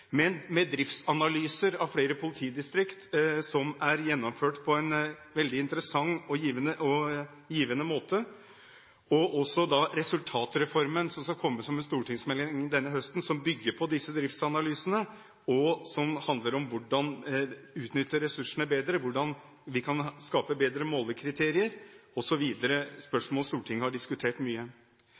med driftsanalyser av flere politidistrikter som er gjennomført på en veldig interessant og givende måte, og også resultatreformen, som skal komme som en stortingsmelding denne høsten, som bygger på disse driftsanalysene, og som handler om hvordan vi kan utnytte ressursene bedre, hvordan vi kan skape bedre målekriterier, osv. – spørsmål Stortinget har diskutert mye.